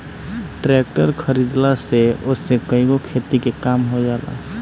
tractor खरीदला से ओसे कईगो खेती के काम हो जाला